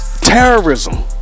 Terrorism